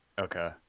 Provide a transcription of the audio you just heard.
Okay